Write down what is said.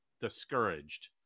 discouraged